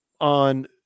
on